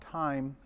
time